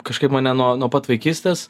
kažkaip mane nuo nuo pat vaikystės